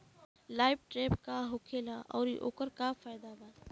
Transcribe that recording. Light trap का होखेला आउर ओकर का फाइदा बा?